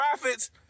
Profits